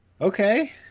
Okay